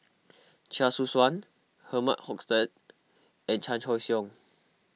Chia Choo Suan Herman Hochstadt and Chan Choy Siong